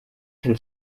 can